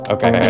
Okay